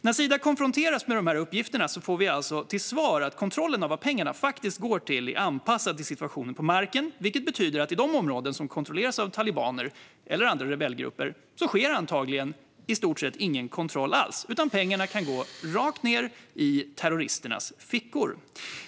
När Sida konfronteras med dessa uppgifter får vi alltså till svar att kontrollen av vad pengarna faktiskt går till är anpassad till situationen på marken, vilket betyder att det i de områden som kontrolleras av talibaner eller andra rebellgrupper antagligen inte sker någon kontroll alls, i stort sett, utan pengarna kan gå rakt ned i terroristernas fickor.